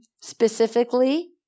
specifically